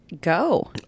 Go